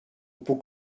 puc